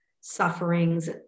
sufferings